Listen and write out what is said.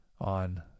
on